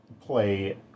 play